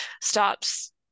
stops